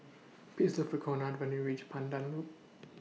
Please Look For Conard when YOU REACH Pandan Loop